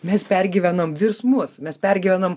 mes pergyvenom virsmus mes pergyvenom